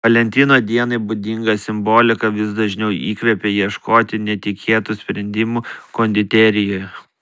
valentino dienai būdinga simbolika vis dažniau įkvepia ieškoti netikėtų sprendimų konditerijoje